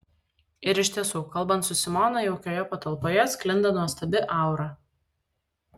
ir iš tiesų kalbant su simona jaukioje patalpoje sklinda nuostabi aura